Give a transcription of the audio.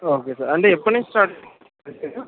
okay sir అంటే ఎప్పటి నుంచి స్టార్ట్ చేస్తారు